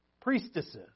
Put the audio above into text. Priestesses